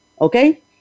okay